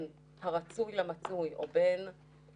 עצמי ובשם העירייה,